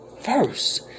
first